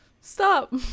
stop